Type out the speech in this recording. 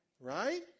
Right